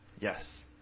Yes